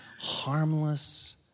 harmless